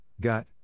gut